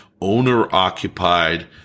owner-occupied